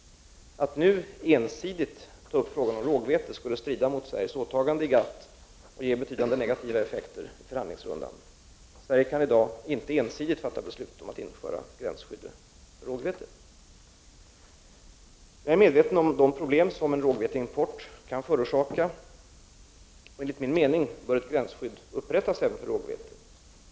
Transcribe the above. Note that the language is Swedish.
Att nu ensidigt ta upp frågan om rågvete skulle strida mot Sveriges åtaganden i GATT och ge betydande negativa effekter i förhandlingsrundan. Sverige kan inte i dag ensidigt fatta beslut om att införa gränsskydd för rågvete. Jag är medveten om de problem som en rågveteimport kan förorsaka och enligt min mening bör ett gränsskydd upprättas även för rågvete.